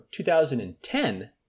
2010